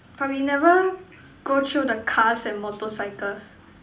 but we never go through the cars and motorcycles